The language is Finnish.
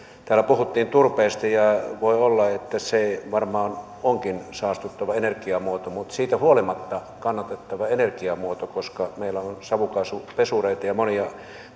täällä puhuttiin turpeesta ja ja voi olla että se varmaan onkin saastuttava energiamuoto mutta siitä huolimatta kannatettava energiamuoto koska meillä on savukaasupesureita ja monia